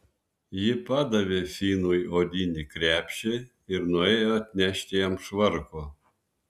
ji padavė finui odinį krepšį ir nuėjo atnešti jam švarko